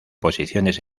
posiciones